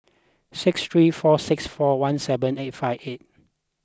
six three four six four one seven eight five eight